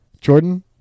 Jordan